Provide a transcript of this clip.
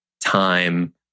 time